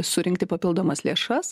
surinkti papildomas lėšas